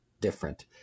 different